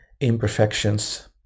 imperfections